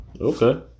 Okay